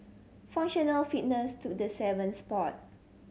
functional fitness took the seventh spot